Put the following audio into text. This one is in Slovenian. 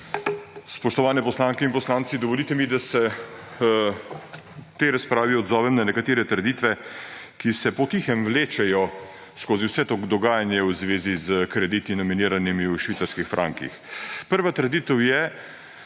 Spoštovani poslanke in poslanci, dovolite mi, da se v tej razpravi odzovem na nekatere trditve, ki se potihem vlečejo skozi vse to dogajanje v zvezi s krediti, nominiranimi v švicarskih frankih. Prva trditev je,